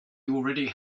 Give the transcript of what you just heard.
already